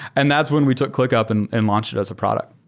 and that's when we took clickup and and launched it as a product.